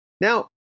Now